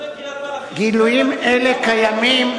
גילויים אלה קיימים,